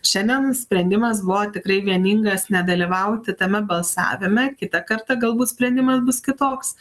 šiandien sprendimas buvo tikrai vieningas nedalyvauti tame balsavime kitą kartą galbūt sprendimas bus kitoks